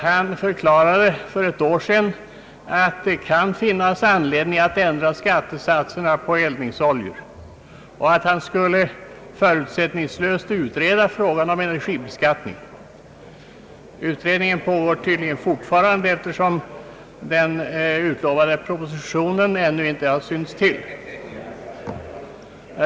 Han förklarade för ett år sedan att det kan finnas anledning att ändra skattesatserna på eldningsoljor och att han skulle förutsättningslöst utreda frågan om energibeskattningen. Utredningen pågår tydligen fortfarande, eftersom den utlovade propositionen ännu inte synts till.